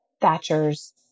Thatcher's